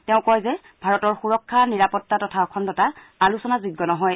তেওঁ কয় যে ভাৰতৰ সূৰক্ষা নিৰাপত্তা তথা অখণ্ডতা আলোচনাযোগ্য নহয়